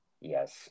yes